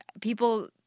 people